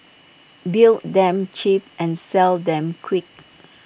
build them cheap and sell them quick